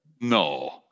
No